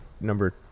Number